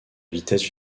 vitesse